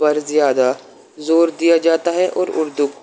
پر زیادہ زور دیا جاتا ہے اور اردو